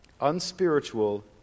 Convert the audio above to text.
unspiritual